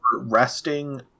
resting